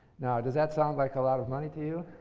now does that sound like a lot of money to you?